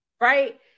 right